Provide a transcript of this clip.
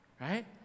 right